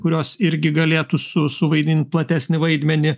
kurios irgi galėtų su suvaidint platesnį vaidmenį